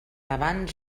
davant